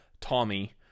Tommy